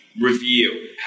reveal